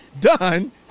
done